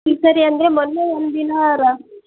ಈ ಸರಿ ಅಂದರೆ ಮೊನ್ನೆ ಒಂದಿನ ರಾ